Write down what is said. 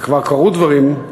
וכבר קרו דברים,